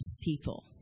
people